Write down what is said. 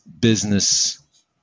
business